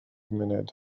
munud